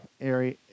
area